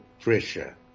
pressure